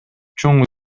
чоң